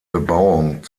bebauung